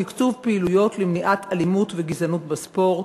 תקצוב פעילויות למניעת אלימות וגזענות בספורט.